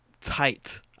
tight